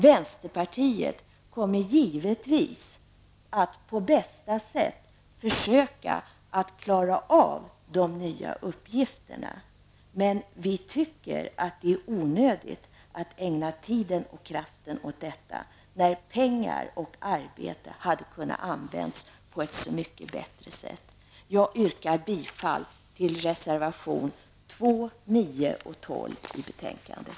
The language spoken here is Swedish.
Vänsterpartiet kommer givetvis att på bästa sätt försöka att klara av de nya uppgifterna, men vi tycker att det är onödigt att ägna tid och kraft åt vad vi här har talat om, när pengar och arbete hade kunnat användas på ett mycket bättre sätt. Jag yrkar bifall till reservationerna 2, 9 och 12 i betänkandet.